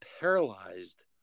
paralyzed